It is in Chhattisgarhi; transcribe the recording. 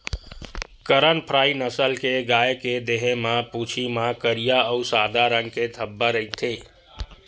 करन फ्राइ नसल के गाय के देहे म, पूछी म करिया अउ सादा रंग के धब्बा रहिथे